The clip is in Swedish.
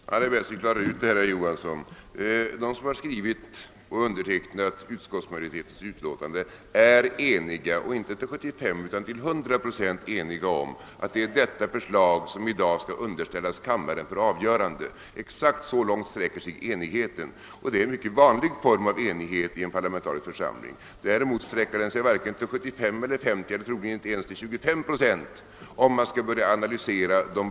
Herr talman! Det är bäst att vi klarar ut den här frågan, herr Johansson i Trollhättan. De som har skrivit och undertecknat utlåtandet är inte till 75 utan till 100 procent eniga om vilket förslag som i dag skall underställas riksdagen för avgörande. Exakt så långt sträckér sig enigheten, och det är en mycket vanlig form av enighet i en parlamentarisk församling. Däremot sträcker den sig varken till 75, 50 eller ens 25 procent om man skall börja analysera. de.